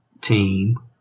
team